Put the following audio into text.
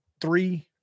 three